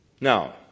Now